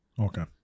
Okay